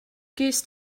gest